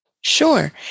Sure